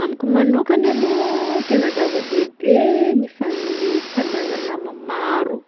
Amiko manokany aloha tena zava-dehibe ny fan- ny fagnana nama maro,